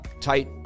tight